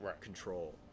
control